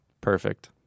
Perfect